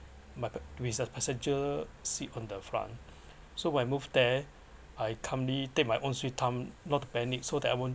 but with the passenger seat on the front so when I move there I calmly take my own sweet time not to panic so that I won't